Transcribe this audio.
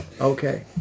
Okay